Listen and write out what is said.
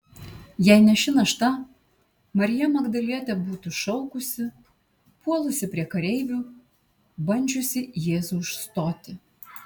jei ne ši našta marija magdalietė būtų šaukusi puolusi prie kareivių bandžiusi jėzų užstoti